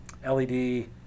led